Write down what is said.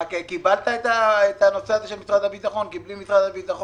קיימנו דיון